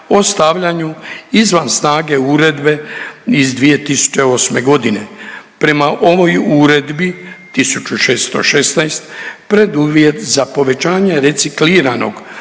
o stavljanju izvan snage Uredbe iz 2008. godine. Prema ovoj Uredbi 1616 preduvjet za povećanje recikliranog